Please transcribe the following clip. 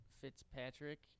Fitzpatrick